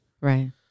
Right